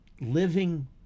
living